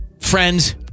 friends